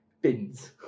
bins